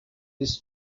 this